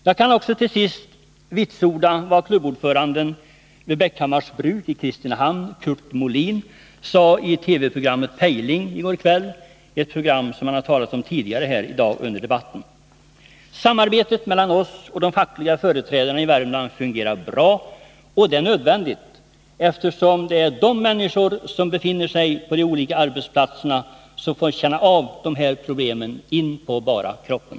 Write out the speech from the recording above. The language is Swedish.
Jag kan till sist också vitsorda vad klubbordföranden vid Bäckhammars Bruk i Kristinehamn, Kurt Molin, sade i TV-programmet Pejling i går kväll, ett program som man har talat om tidigare under dagens debatt. Samarbetet mellan oss och de fackliga företrädarna i Värmland fungerar bra. Och det är nödvändigt, eftersom det är de människor som befinner sig på de olika arbetsplatserna som får känna av dessa problem in på bara kroppen.